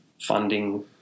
funding